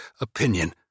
opinion